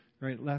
Right